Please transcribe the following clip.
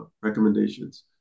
recommendations